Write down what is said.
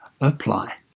apply